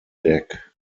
deck